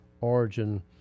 origin